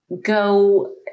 go